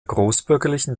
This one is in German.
großbürgerlichen